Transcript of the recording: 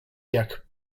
jak